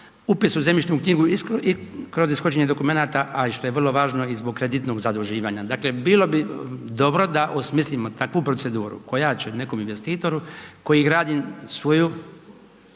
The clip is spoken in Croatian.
upis u zemljišnu knjigu i kroz ishođenje dokumenata a i što je vrlo važno i zbog kreditnog zaduživanja. Dakle bilo bi dobro da osmislimo takvu proceduru koja će nekom investitoru koji gradi svoju